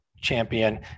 champion